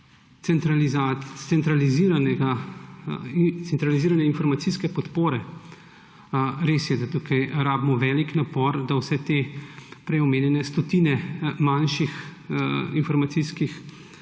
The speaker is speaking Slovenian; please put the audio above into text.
centralizirane informacijske podpore, res je, da tukaj rabimo velik napor, da vse te prej omenjene stotine manjših informacijskih